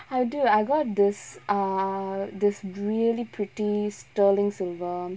how to I got this err this really pretty sterling silver